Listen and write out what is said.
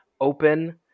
open